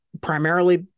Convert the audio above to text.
primarily